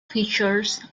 features